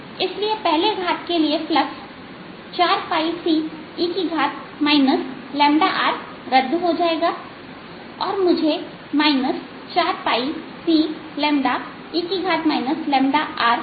इसलिए पहले घात के लिए फ्लक्स 4ce रद्द हो जाएगा और मुझे 4ce RdR मिलेगा